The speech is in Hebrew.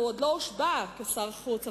הוא עוד לא הושבע כשר החוץ,